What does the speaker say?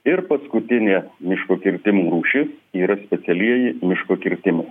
ir paskutinė miško kirtimų rūšis yra specialieji miško kirtimai